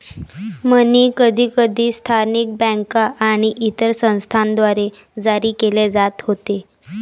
मनी कधीकधी स्थानिक बँका आणि इतर संस्थांद्वारे जारी केले जात होते